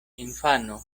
infano